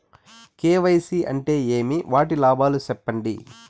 KYC అంటే ఏమి? వాటి లాభాలు సెప్పండి?